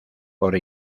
por